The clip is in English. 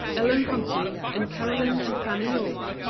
ellen huntley, and caroline and fanny yorke,